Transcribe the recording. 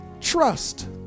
Trust